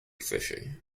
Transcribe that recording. fishy